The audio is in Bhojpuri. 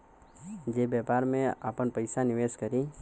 जे व्यापार में आपन पइसा निवेस करी